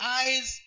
eyes